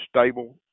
stable